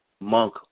monk